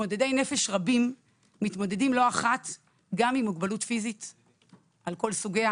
מתמודדי נפש רבים מתמודדים לא אחת גם עם מוגבלות פיזית על כל סוגיה,